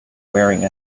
wearing